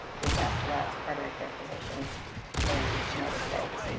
we have less primary care physicians than most states.